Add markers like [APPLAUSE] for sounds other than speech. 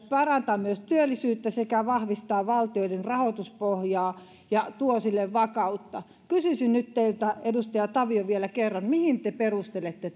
parantaa myös työllisyyttä sekä vahvistaa valtioiden rahoituspohjaa ja tuo sille vakautta kysyisin nyt teiltä edustaja tavio vielä kerran miten te perustelette [UNINTELLIGIBLE]